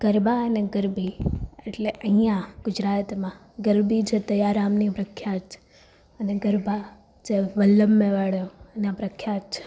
ગરબા અને ગરબી એટલે અહીંયા ગુજરાતમાં ગરબી જે તૈયાર આમની પ્રખ્યાત છે અને ગરબા છે વલ્લભ મેવાડોના પ્રખ્યાત છે